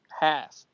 half